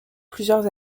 plusieurs